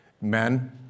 men